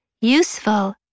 Useful